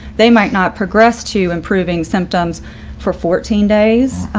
they might not progress to improving symptoms for fourteen days.